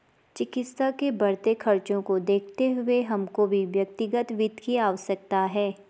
चिकित्सा के बढ़ते खर्चों को देखते हुए हमको भी व्यक्तिगत वित्त की आवश्यकता है